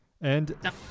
And-